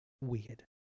weird